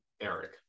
Eric